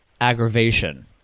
aggravation